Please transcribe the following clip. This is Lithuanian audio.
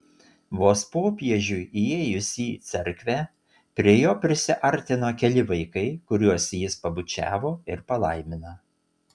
vos popiežiui įėjus į cerkvę prie jo prisiartino keli vaikai kuriuos jis pabučiavo ir palaimino